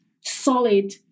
solid